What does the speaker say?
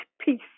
peace